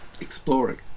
exploring